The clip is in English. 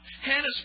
Hannah's